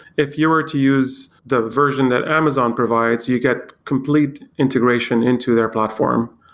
if you were to use the version that amazon provides, you get complete integration into their platform.